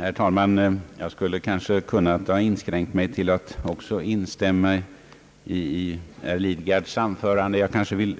Herr talman! Jag skulle ha kunnat inskränka mig till att instämma i herr Lidgards anförande, men jag vill i alla